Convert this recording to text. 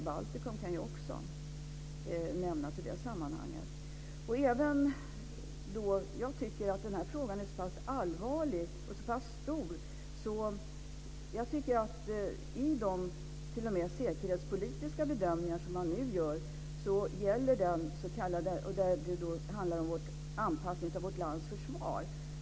Baltikum kan också nämnas i det sammanhanget. Jag tycker att den här frågan är så pass allvarlig och stor att man t.o.m. ska ta med den i de säkerhetspolitiska bedömningar man nu gör. Det handlar om att anpassa vårt lands försvar.